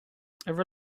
every